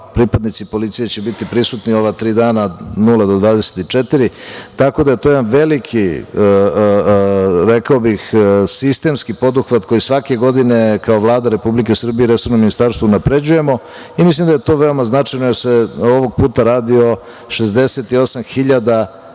Pripadnici policije će biti prisutni ova tri dana od nula do 24. Tako da je to jedan veliki, rekao bih, sistemski poduhvat koji svake godine, kao Vlada Republike Srbije i resorno ministarstvo unapređujemo i mislim da je to veoma značajno, jer se ovog puta radi o 68.000